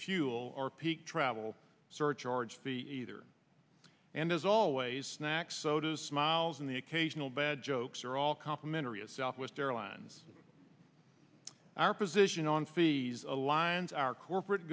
fuel or peak travel surcharge the either and as always snacks soda smiles and the occasional bad jokes are all complimentary a southwest airlines our position on fees aligns our corporate